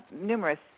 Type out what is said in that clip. numerous